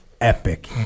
epic